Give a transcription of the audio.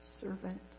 servant